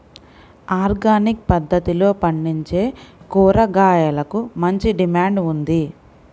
organic పద్దతిలో పండించే కూరగాయలకు మంచి డిమాండ్ ఉంది